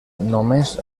només